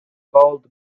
called